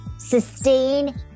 sustain